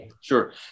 Sure